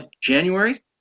January